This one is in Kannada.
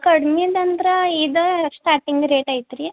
ಕಡ್ಮಿದು ಅಂದ್ರೆ ಇದೇ ಸ್ಟಾರ್ಟಿಂಗ್ ರೇಟ್ ಐತೆ ರೀ